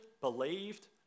believed